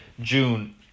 June